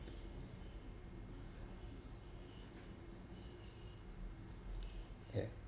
yeah